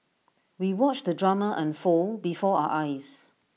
we watched the drama unfold before our eyes